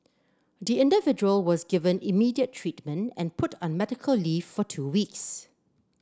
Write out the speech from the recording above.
the individual was given immediate treatment and put on medical leave for two weeks